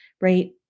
right